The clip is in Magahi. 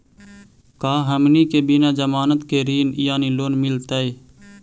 का हमनी के बिना जमानत के ऋण यानी लोन मिलतई?